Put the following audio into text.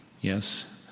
Yes